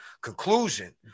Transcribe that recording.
conclusion